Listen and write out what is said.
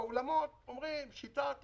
האולמות מדברים על שיטת החישוב.